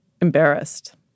embarrassed